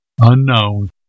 Unknown